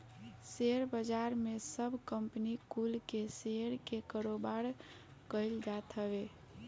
share बाजार में सब कंपनी कुल के शेयर के कारोबार कईल जात हवे